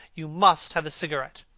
you must have a cigarette.